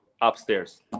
upstairs